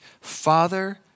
Father